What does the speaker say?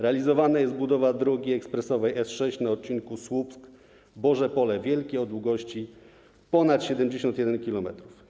Realizowana jest budowa drogi ekspresowej S6 na odcinku Słupsk - Bożepole Wielkie o długości ponad 71 km.